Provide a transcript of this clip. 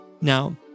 Now